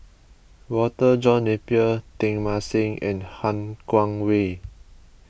Walter John Napier Teng Mah Seng and Han Guangwei